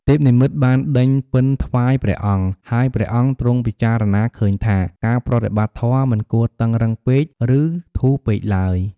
ទេពនិមិត្តបានដេញពិណថ្វាយព្រះអង្គ ហើយព្រះអង្គទ្រង់ពិចារណាឃើញថា ការប្រតិបត្តិធម៌មិនគួរតឹងរ៉ឹងពេក ឬធូរពេកឡើយ។